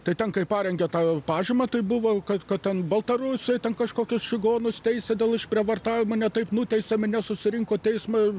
tai ten kaip parengė tą pažymą tai buvo kad ten baltarusijoj ten kažkokius čigonus teisė dėl išprievartavimo ne taip nuteisė minia susirinko teismui